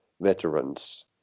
veterans